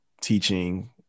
teaching